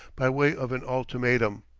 by way of an ultimatum.